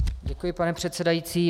Děkuji, pane předsedající.